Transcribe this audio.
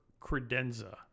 credenza